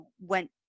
went